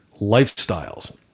lifestyles